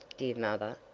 dear mother,